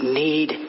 need